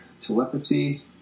telepathy